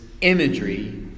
imagery